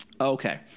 Okay